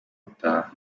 gutaha